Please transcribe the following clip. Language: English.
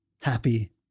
happy